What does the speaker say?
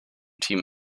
team